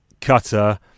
Cutter